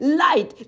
light